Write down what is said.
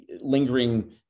lingering